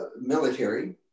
military